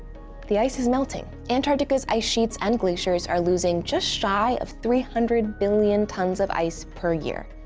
the ice is melting. antarctica's ice sheets and glaciers are losing just shy of three hundred billion tons of ice per year.